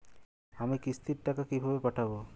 আমি কিস্তির টাকা কিভাবে পাঠাব?